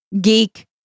geek